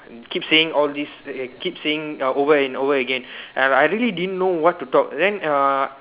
keep saying all these keep saying over and over again and I really didn't know what to talk then err